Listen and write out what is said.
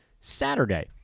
Saturday